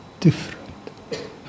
different